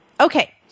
Okay